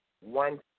one